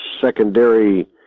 secondary